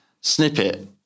snippet